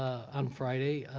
on friday,